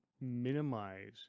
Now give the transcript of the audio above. minimize